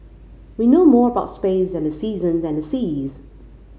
we know more about space than the seasons and the seas